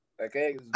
Okay